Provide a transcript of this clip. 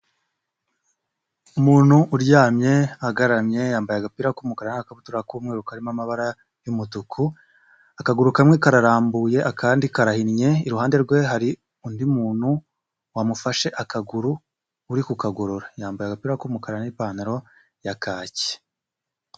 Umuntu uryamye agaramye, yambaye agapira k'umukara n'akabutura k'umweru karimo amabara y'umutuku, akaguru kamwe karambuye akandi karahinnye, iruhande rwe hari undi muntu wamufashe akaguru uri ku kagorora, yambaye agapira k'umukara n'ipantaro ya kake.